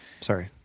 sorry